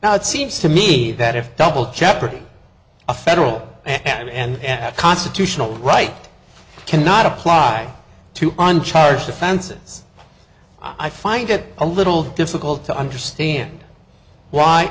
now it seems to me that if double jeopardy a federal and constitutional right cannot apply to on charged offenses i find it a little difficult to understand why